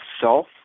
self